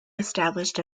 established